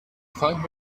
find